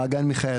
מעגן מיכאל,